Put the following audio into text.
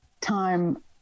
time